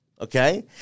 Okay